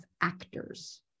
actors